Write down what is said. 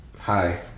Hi